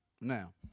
Now